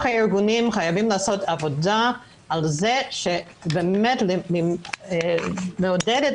הארגונים חייבים לעשות עבודה על זה שבאמת לעודד את